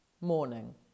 morning